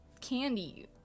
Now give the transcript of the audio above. candy